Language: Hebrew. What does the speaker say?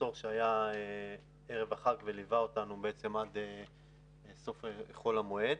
המחסור שהיה ערב החג וליווה אותנו עד סוף חול המועד.